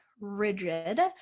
rigid